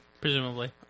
Presumably